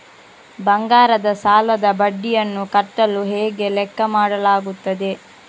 ಬಂಗಾರದ ಸಾಲದ ಬಡ್ಡಿಯನ್ನು ಕಟ್ಟಲು ಹೇಗೆ ಲೆಕ್ಕ ಮಾಡಲಾಗುತ್ತದೆ?